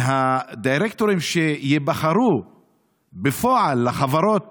מהדירקטורים שייבחרו בפועל לחברות